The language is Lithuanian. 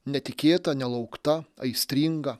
netikėta nelaukta aistringa